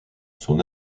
son